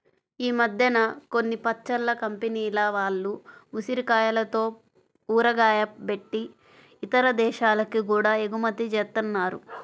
ఈ మద్దెన కొన్ని పచ్చళ్ళ కంపెనీల వాళ్ళు ఉసిరికాయలతో ఊరగాయ బెట్టి ఇతర దేశాలకి గూడా ఎగుమతి జేత్తన్నారు